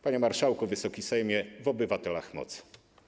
Panie marszałku, Wysoki Sejmie, w obywatelach moc.